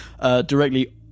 Directly